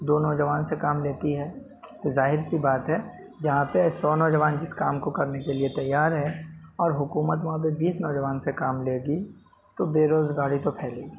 دو نوجوان سے کام لیتی ہے تو ظاہر سی بات ہے جہاں پہ سو نوجوان جس کام کو کرنے کے لیے تیار ہے اور حکومت وہاں پہ بیس نوجوان سے کام لے گی تو بےروزگاری تو پھیلے گی